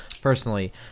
personally